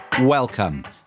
Welcome